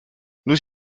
nous